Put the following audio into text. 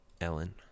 Ellen